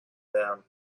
them